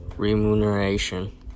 remuneration